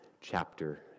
chapter